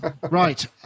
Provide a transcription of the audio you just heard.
Right